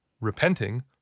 repenting